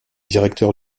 directeur